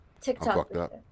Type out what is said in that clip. TikTok